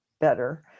better